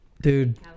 Dude